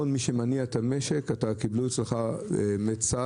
כל מי שמניע את המשק קיבלו אצלך כולם.